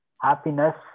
happiness